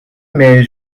mais